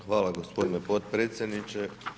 Hvala gospodine potpredsjedniče.